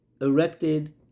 erected